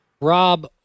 Rob